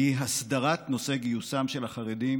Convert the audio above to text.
והיא הסדרת נושא גיוסם של החרדים